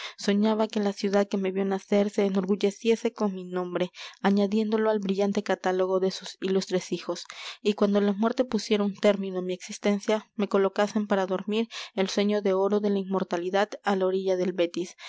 soñaba que la ciudad que me vió nacer se enorgulleciese con mi nombre añadiéndolo al brillante catálogo de sus ilustres hijos y cuando la muerte pusiera un término á mi existencia me colocasen para dormir el sueño de oro de la inmortalidad á la orilla del betis